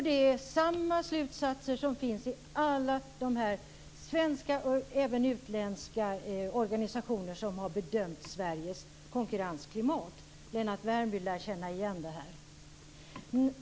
Det är samma slutsatser hos alla svenska och även utländska organisationer som har bedömt Sveriges konkurrensklimat. Lennart Värmby lär känna igen det här.